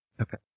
Okay